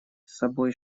собой